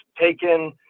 taken